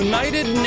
United